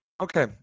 Okay